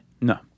No